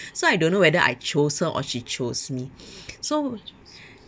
so I don't know whether I chose her or she chose me so